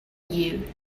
you